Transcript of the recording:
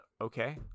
okay